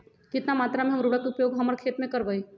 कितना मात्रा में हम उर्वरक के उपयोग हमर खेत में करबई?